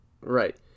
Right